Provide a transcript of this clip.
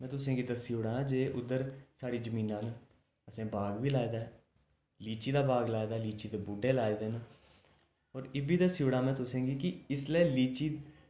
में तुसें गी दस्सी ओड़ां जे उद्धर साढ़ी जमीनां न असें बाग बी लाए दा ऐ लीची दा बाग लाए दा ऐ लीची दे बूह्टे लाए दे न और इब्भी दस्सी ओड़ां मैं तुसें गी कि इसलै लीची